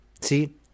See